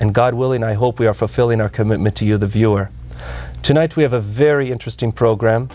and god willing i hope we are fulfilling our commitment to you the viewer tonight we have a very interesting